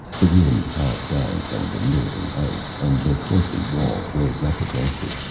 the wind howled down from the northern ice, and the broken walls rose up against it,